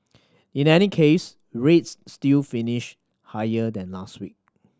in any case rates still finished higher than last week